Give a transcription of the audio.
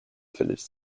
village